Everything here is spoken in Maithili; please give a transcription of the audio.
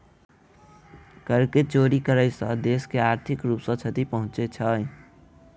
कर के चोरी करै सॅ देश के आर्थिक रूप सॅ क्षति पहुँचे छै